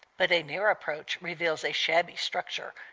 but a near approach reveals a shabby structure,